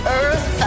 earth